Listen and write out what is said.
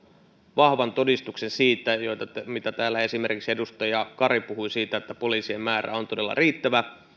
vahvan todistuksen siitä mitä täällä esimerkiksi edustaja kari puhui siitä että poliisien määrän on todella oltava riittävä